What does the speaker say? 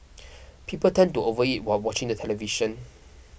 people tend to overeat while watching the television